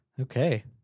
okay